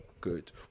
good